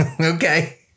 Okay